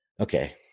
Okay